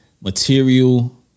Material